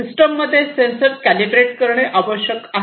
सिस्टममध्ये sensor calibrate करणे आवश्यक आहे